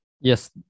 Yes